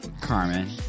Carmen